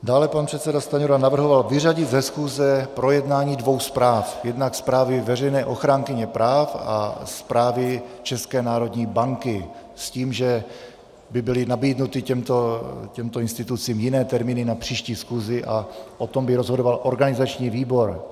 Dále pan předseda Stanjura navrhoval vyřadit ze schůze projednání dvou zpráv, jednak zprávy veřejné ochránkyně práv a zprávy České národní banky, s tím, že by byly nabídnuty těmto institucím jiné termíny na příští schůzi a o tom by rozhodoval organizační výbor.